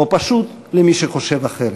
או פשוט למי שחושב אחרת.